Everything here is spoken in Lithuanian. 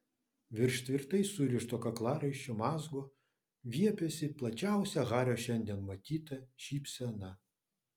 virš tvirtai surišto kaklaraiščio mazgo viepėsi plačiausia hario šiandien matyta šypsena